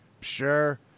sure